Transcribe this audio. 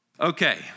Okay